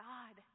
God